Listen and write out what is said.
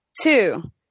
Two